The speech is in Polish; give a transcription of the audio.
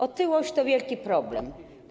Otyłość to wielki problem.